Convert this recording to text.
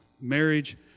Marriage